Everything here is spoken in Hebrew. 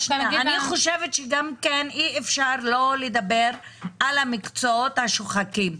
אני חושבת שגם כאן אי אפשר שלא לדבר על המקצועות השוחקים,